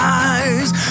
eyes